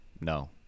no